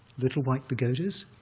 little white pagodas,